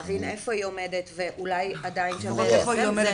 להבין איפה היא עומדת ואולי עדיין שווה ליישם.